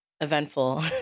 eventful